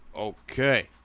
Okay